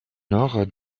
nord